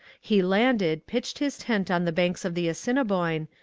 he landed, pitched his tent on the banks of the assiniboine,